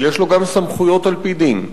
אבל יש לו גם סמכויות על-פי דין.